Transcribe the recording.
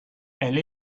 elle